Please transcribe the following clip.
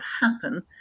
happen